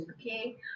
okay